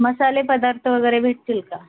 मसाले पदार्थ वगैरे भेटतील का